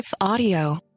Audio